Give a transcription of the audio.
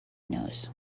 nose